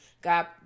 God